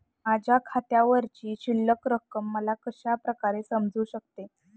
माझ्या खात्यावरची शिल्लक रक्कम मला कशा प्रकारे समजू शकते?